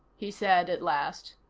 he said at last.